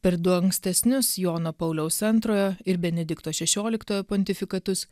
per du ankstesnius jono pauliaus antrojo ir benedikto šešioliktojo pontifikatus